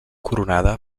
coronada